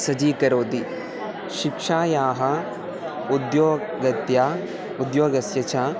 सज्जीकरोति शिक्षायाः उद्योगत्या उद्योगस्य च